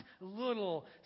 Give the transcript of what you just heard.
little